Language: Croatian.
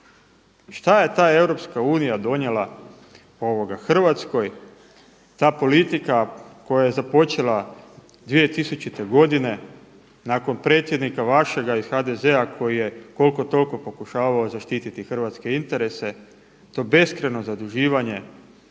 Šta je ta EU donijela Hrvatskoj, ta politika koja je započela 2000. godine nakon predsjednika vašega iz HDZ-a koji je koliko toliko pokušavao zaštititi hrvatske interese to beskrajno zaduživanje.